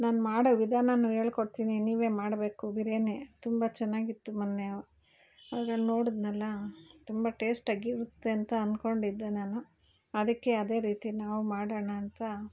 ನಾನು ಮಾಡೋ ವಿಧಾನವೂ ಹೇಳ್ಕೊಡ್ತೀನಿ ನೀವೇ ಮಾಡಬೇಕು ಬಿರಿಯಾನಿ ತುಂಬ ಚೆನ್ನಾಗಿತ್ತು ಮೊನ್ನೆ ಅದರಲ್ಲಿ ನೋಡಿದೆನಲ್ಲ ತುಂಬ ಟೇಸ್ಟಾಗಿ ಇರುತ್ತೆ ಅಂತ ಅಂದ್ಕೊಂಡಿದ್ದೆ ನಾನು ಅದಕ್ಕೆ ಅದೇ ರೀತಿ ನಾವು ಮಾಡೋಣ ಅಂತ